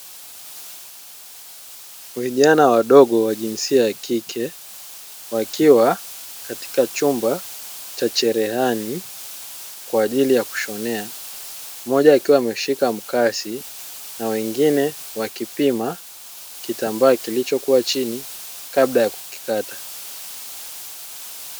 Vijana wadogo wa jinsia ya kike wakiwa katika chumba cha cherehani kwaajili ya kushonea, mmoja akishika mkasi na wengine wakipima kitambaa kilichokua chini kabla ya kukikata.